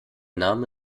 name